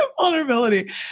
Vulnerability